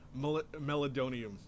Melodonium